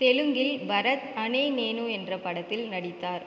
தெலுங்கில் பரத் அனே நேனு என்ற படத்தில் நடித்தார்